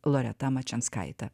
loreta mačianskaite